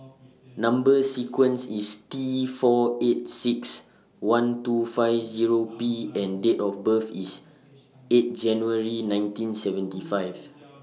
Number sequence IS T four eight six one two five Zero P and Date of birth IS eight January nineteen seventy five